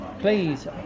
Please